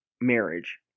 marriage